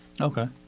Okay